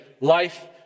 life